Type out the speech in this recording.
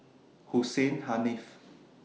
Hussein Haniff